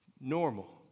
normal